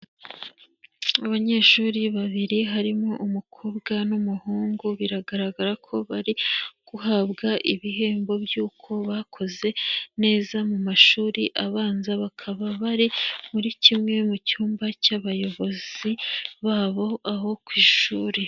Abanyeshuri babiri harimo umukobwa n'umuhungu biragaragara ko bari guhabwa ibihembo by'uko bakoze neza mu mashuri abanza, bakaba bari muri kimwe mu cyumba cy'abayobozi babo aho ku ishuri.